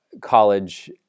college